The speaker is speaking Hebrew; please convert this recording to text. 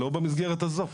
לא במסגרת הזאת.